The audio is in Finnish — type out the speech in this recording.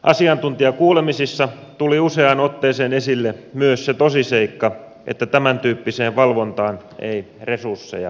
asiantuntijakuulemisissa tuli useaan otteeseen esille myös se tosiseikka että tämäntyyppiseen valvontaan ei resursseja löydy